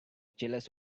jealous